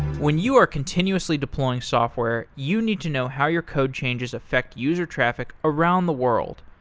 when you are continuously deploying software, you need to know how your code changes affect user traffic around the world.